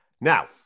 Now